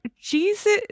Jesus